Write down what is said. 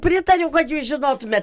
pritariu kad jūs žinotumėt